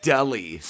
Delhi